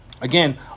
Again